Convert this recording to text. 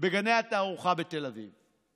בגני התערוכה בתל אביב.